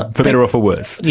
ah for better or for worse.